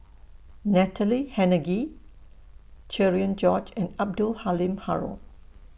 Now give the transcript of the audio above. Natalie Hennedige Cherian George and Abdul Halim Haron